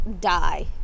die